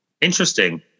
Interesting